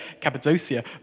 Cappadocia